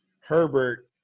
herbert